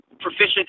proficient